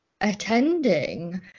attending